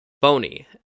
Bony